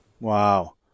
Wow